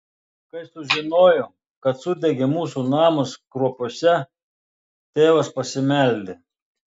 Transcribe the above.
kai sužinojo kad sudegė mūsų namas kruopiuose tėvas pasimeldė